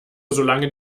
solange